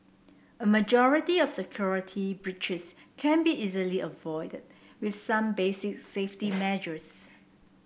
a majority of security breaches can be easily avoided with some basic safety measures